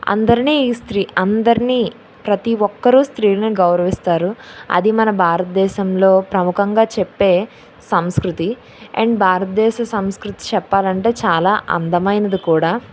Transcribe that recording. అందరినీ ఈ స్త్రీ అందరినీ ప్రతీ ఒక్కరూ స్త్రీలను గౌరవిస్తారు అది మన భారతదేశంలో ప్రముఖంగా చెప్పే సంస్కృతి అండ్ భారతదేశ సంస్కృతి చెప్పాలంటే చాలా అందమైనది కూడా